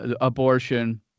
abortion